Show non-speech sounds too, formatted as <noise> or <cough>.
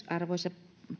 <unintelligible> arvoisa